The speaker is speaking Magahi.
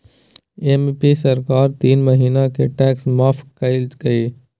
एम.पी सरकार तीन महीना के टैक्स माफ कइल कय